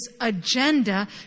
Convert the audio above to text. agenda